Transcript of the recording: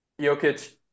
Jokic